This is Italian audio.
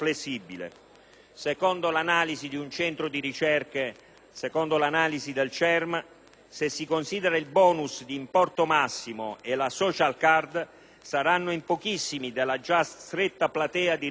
Secondo l'analisi del centro di ricerche CERM, se si considera il *bonus* di importo massimo e la *social card*, saranno in pochissimi della già stretta platea di riferimento